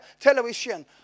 television